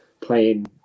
playing